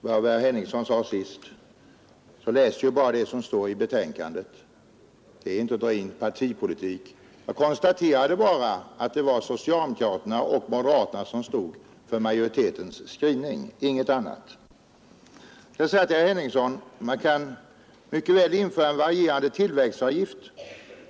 Herr talman! Om jag skall börja med att bemöta det herr Henningsson senast sade så läste jag bara det som står i betänkandet. Det är inte att dra in partipolitik. Jag konstaterade bara att det var socialdemokraterna och moderaterna som stod för majoritetens skrivning — inget annat! Jag vill säga till herr Henningsson att man mycket väl kan införa en varierande tillverkningsavgift.